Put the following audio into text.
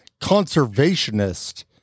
conservationist